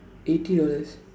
eighty dollars